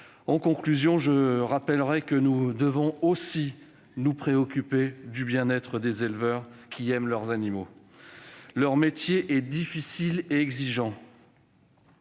En conclusion, je rappellerai que nous devons aussi nous préoccuper du bien-être des éleveurs, qui aiment leurs animaux. Leur métier est difficile et exigeant